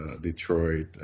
Detroit